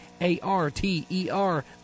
A-R-T-E-R